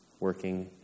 working